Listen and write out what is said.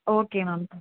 okay ma'am